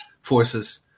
forces